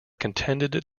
contended